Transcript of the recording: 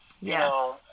Yes